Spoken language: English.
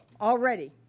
already